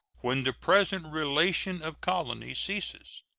when the present relation of colonies ceases,